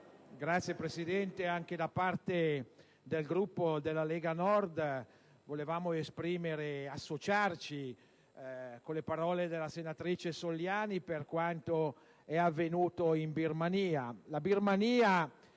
Signor Presidente, anche da parte del Gruppo della Lega Nord volevamo esprimere ed associarci alle parole della senatrice Soliani per quanto è avvenuto in Birmania.